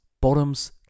bottoms